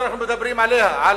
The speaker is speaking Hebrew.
שאנחנו מדברים עליה,